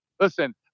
Listen